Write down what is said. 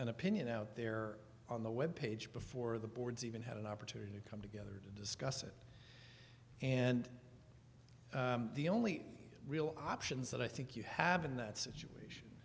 an opinion out there on the web page before the boards even have an opportunity to come together to discuss it and the only real options that i think you have in that situation